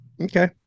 Okay